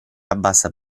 abbassa